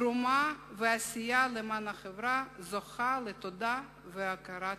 תרומה ועשייה למען החברה זוכה לתודה והכרה ציבורית.